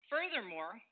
Furthermore